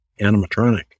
animatronic